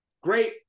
great